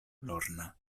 lorna